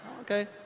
Okay